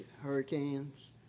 hurricanes